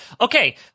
okay